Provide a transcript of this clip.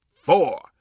four